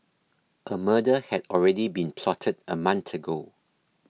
a murder had already been plotted a month ago